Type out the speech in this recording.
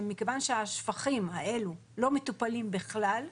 שמכיוון שהשפכים האלו לא מטופלים בכלל,